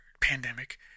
pandemic